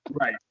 Right